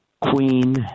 Queen